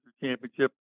championship